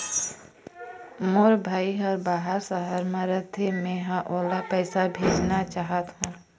मोर भाई हर बाहर शहर में रथे, मै ह ओला पैसा भेजना चाहथों